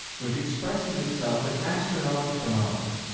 which expresses itself in astronomic phenomena,